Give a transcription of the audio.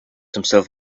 himself